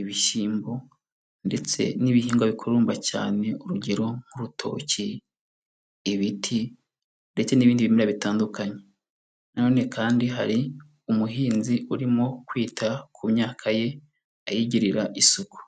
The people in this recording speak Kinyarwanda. ibishyimbo ndetse n'ibihingwa bikururumba cyane urugero nk'urutoki, ibiti ndetse n'ibindi bimera bitandukanye na none kandi hari umuhinzi urimo kwita ku myaka ye ayigirira isuku.